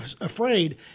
Afraid